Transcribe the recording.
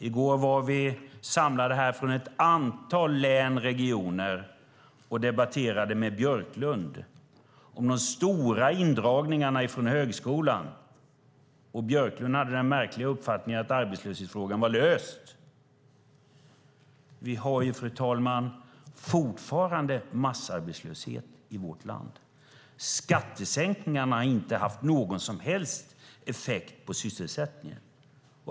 I går samlades vi från ett antal län och regioner och debatterade här med Björklund om de stora indragningarna inom högskolan. Björklund hade den märkliga uppfattningen att arbetslöshetsfrågan var löst. Men, fru talman, fortfarande är det massarbetslöshet i vårt land. Skattesänkningarna har inte haft någon som helst effekt på sysselsättningen.